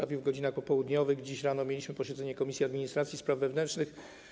Trafił w godzinach popołudniowych, a dziś rano mieliśmy posiedzenie Komisji Administracji i Spraw Wewnętrznych.